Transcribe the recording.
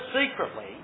secretly